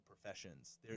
professions